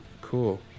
Cool